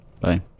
Bye